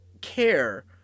care